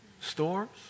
storms